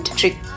trick